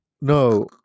No